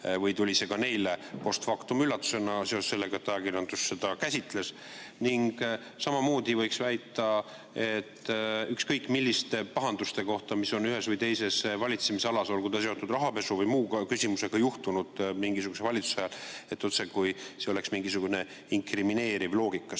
või tuli see ka neilepost factumüllatusena seoses sellega, et ajakirjandus seda käsitles? Samamoodi võiks väita ükskõik milliste pahanduste kohta, mis on ühes või teises valitsemisalas, olgu see seotud rahapesu või mõne muu asjaga, mis on juhtunud mingisuguse valitsuse ajal, otsekui see oleks mingisugune inkrimineeriv loogika.